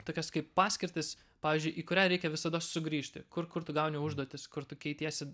tokias kaip paskirtis pavyzdžiui į kurią reikia visada sugrįžti kur kur tu gauni užduotis kur tu keitiesi